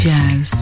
Jazz